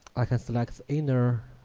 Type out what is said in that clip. i can select the inner